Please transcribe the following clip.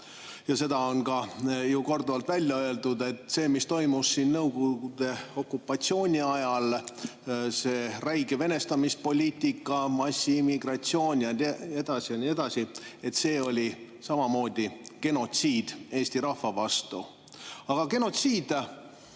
ja seda on ka ju korduvalt välja öeldud, see, mis toimus Nõukogude okupatsiooni ajal, see räige venestamispoliitika, massiimmigratsioon ja nii edasi, see oli samamoodi genotsiid eesti rahva vastu. Genotsiid